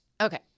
Okay